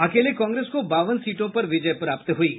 अकेले कांग्रेस को बावन सीटों पर विजय प्राप्त हुई हैं